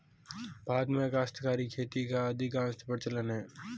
भारत में काश्तकारी खेती का अधिकांशतः प्रचलन है